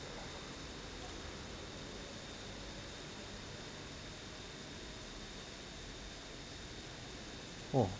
oh